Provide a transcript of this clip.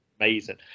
amazing